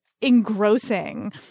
engrossing